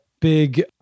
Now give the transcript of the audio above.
big